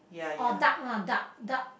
oh duck lah duck duck